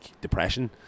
depression